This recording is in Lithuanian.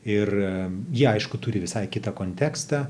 ir ji aišku turi visai kitą kontekstą